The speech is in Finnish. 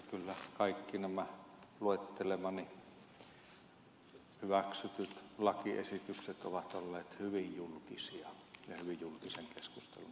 kyllä kaikki nämä luettelemani hyväksytyt lakiesitykset ovat olleet hyvin julkisia ja hyvin julkisen keskustelun kohteina